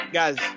guys